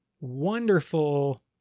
wonderful